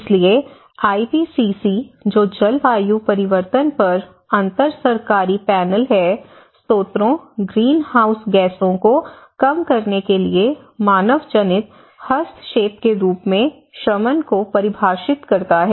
इसलिए आईपीसीसी जो जलवायु परिवर्तन पर अंतर सरकारी पैनल है स्रोतों ग्रीनहाउस गैसों को कम करने के लिए मानवजनित हस्तक्षेप के रूप में शमन को परिभाषित करता है